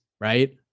right